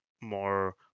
more